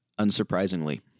Unsurprisingly